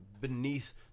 beneath